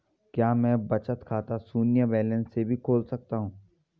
क्या मैं बचत खाता शून्य बैलेंस से भी खोल सकता हूँ?